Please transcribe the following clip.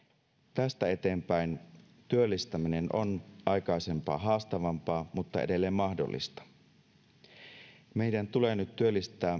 tästä eteenpäin työllistäminen on aikaisempaa haastavampaa mutta edelleen mahdollista meidän tulee nyt työllistää